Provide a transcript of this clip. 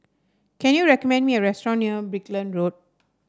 can you recommend me a restaurant near Brickland Road